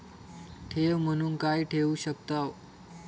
ठेव म्हणून काय ठेवू शकताव?